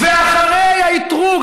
ואחרי האתרוג,